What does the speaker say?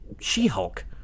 She-Hulk